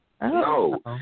No